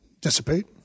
dissipate